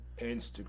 Instagram